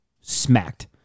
smacked